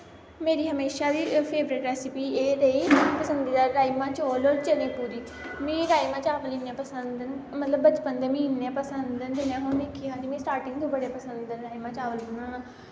मेरी हमेशा दी फेवरट रैसपी एह् रेही पसंदी दार राजमा चौल और चने पूड़ी मिगी राजमां चावल इन्ने पसंद न मतलव बचपन दे मिगी इन्ने पसंद न मिगी स्टार्टिंग दे बड़े पसंद न राजमां चावल बनाना